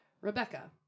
Rebecca